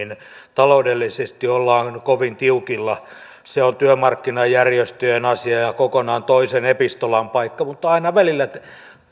taloudellisesti ollaan kovin tiukilla se on työmarkkinajärjestöjen asia ja kokonaan toisen epistolan paikka mutta aina välillä